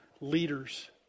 leaders